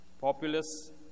populous